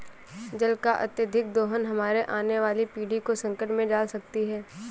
जल का अत्यधिक दोहन हमारे आने वाली पीढ़ी को संकट में डाल सकती है